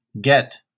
get